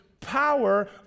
power